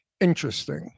interesting